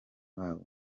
babo